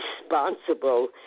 responsible